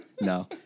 No